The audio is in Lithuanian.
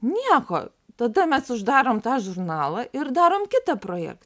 nieko tada mes uždarom tą žurnalą ir darom kitą projektą